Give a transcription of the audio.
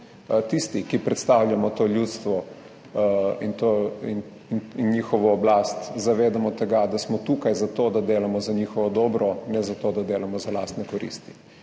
tisti, ki predstavljamo to ljudstvo in njihovo oblast, zavedamo tega, da smo tukaj zato, da delamo za njihovo dobro, ne zato, da delamo za lastne koristi.